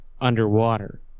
underwater